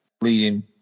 leading